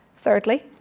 Thirdly